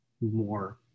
more